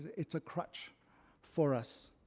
it's a crutch for us.